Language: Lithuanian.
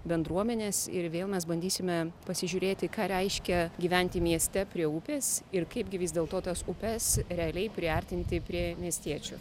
bendruomenes ir vėl mes bandysime pasižiūrėti ką reiškia gyventi mieste prie upės ir kaipgi vis dėl to tas upes realiai priartinti prie miestiečių